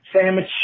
sandwich